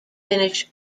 finnish